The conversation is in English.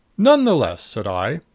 none the less, said i,